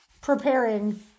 preparing